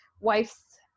wife's